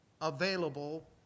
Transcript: available